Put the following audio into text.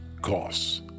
costs